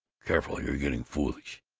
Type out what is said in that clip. careful! you're getting foolish!